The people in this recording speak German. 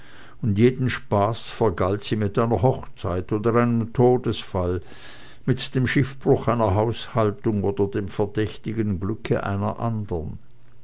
und jeden spaß vergalt sie mit einer hochzeit oder einem todesfall mit dem schiffbruch einer haushaltung oder dem verdächtigen glücke einer anderen